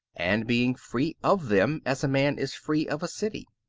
and being free of them as a man is free of a city.